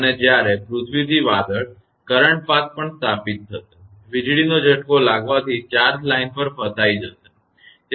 અને જ્યારે પૃથ્વી થી વાદળ કરંટ પાથ પણ સ્થાપિત થશે વીજળીનો ઝટકો લાગવાથી ચાર્જ લાઇન પર ફસાઈ જશે